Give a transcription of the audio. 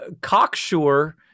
cocksure